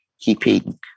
keeping